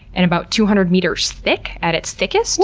and about two hundred meters thick at its thickest.